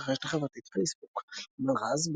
ברשת החברתית פייסבוק מלר"ז,